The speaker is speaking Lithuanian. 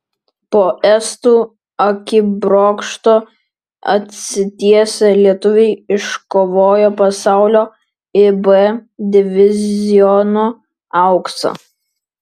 po estų akibrokšto atsitiesę lietuviai iškovojo pasaulio ib diviziono auksą